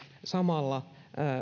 samalla